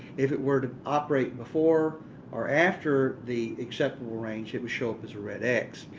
if it were to operate before or after the acceptable range, it would show up as a red x.